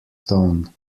tone